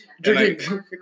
drinking